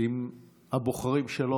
עם הבוחרים שלו,